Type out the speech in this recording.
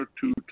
two